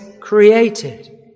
created